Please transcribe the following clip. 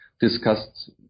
discussed